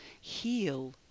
heal